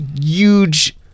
huge